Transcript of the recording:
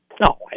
No